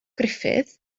gruffudd